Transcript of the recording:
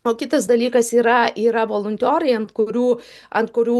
o kitas dalykas yra yra voluntiorai ant kurių ant kurių